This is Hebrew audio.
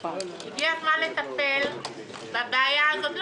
הגיע הזמן לטפל בבעיה הזאת.